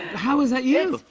how is that you?